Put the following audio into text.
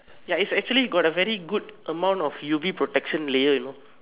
ya is actually got a very good amount of U_V protection layer you know